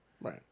Right